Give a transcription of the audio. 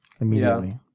immediately